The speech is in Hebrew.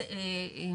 כן.